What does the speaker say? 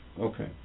Okay